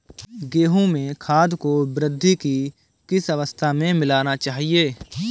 गेहूँ में खाद को वृद्धि की किस अवस्था में मिलाना चाहिए?